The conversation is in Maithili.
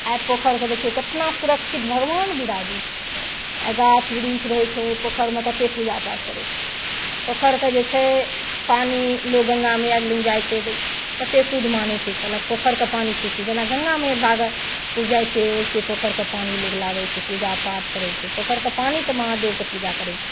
आइ पोखरिके देखियौ केतना सुरक्षित भगवान बिराजै छै आइ गाछ बिरिछ रहै छै पोखरिमे कतेक पूजा पाठ करै छै पोखरिके जे छै पानि लोग गंगा मैया लङ्ग जाइ छै तऽ कतेक शुद्ध मानै छै कहलक पोखरिके पानिसँ होइ छै जेना गंगा मैया भागलपुर जाइ छै ओहिसे पोखरिके पानी लोक लाबै छै पूजापाठ करै छै पोखरिके पानिसँ महादेवके पूजा करै छै